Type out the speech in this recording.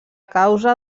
causa